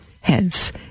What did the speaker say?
Hence